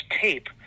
tape